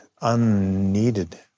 unneeded